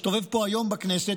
מסתובב פה היום בכנסת,